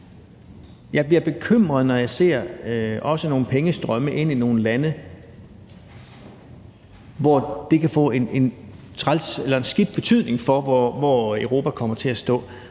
Jeg bliver bekymret, når jeg ser nogle penge strømme ind i nogle lande, fordi det kan få en træls eller skidt betydning for, hvor Europa kommer til at stå.